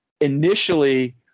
initially